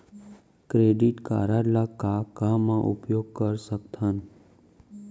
Credit card ला का का मा उपयोग कर सकथन?